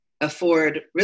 afford